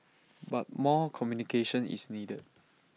but more communication is needed